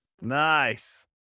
Nice